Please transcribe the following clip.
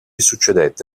succedette